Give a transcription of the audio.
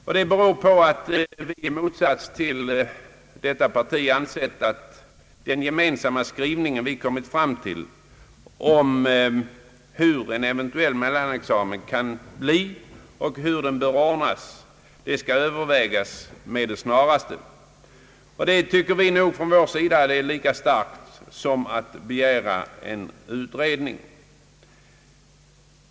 Vi anser i motsats till moderata samlingspartiet att vi kan acceptera den gemensamma skrivning utskottet här kommit fram till, nämligen att det bör snarast övervägas hur en eventuell mellanexamen bör ordnas. Det anser vi vara ett lika starkt krav som att begära en särskild utredning.